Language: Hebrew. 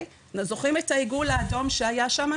אתם זוכרים את העיגול האדום שהיה שם.